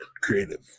creative